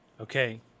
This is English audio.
Okay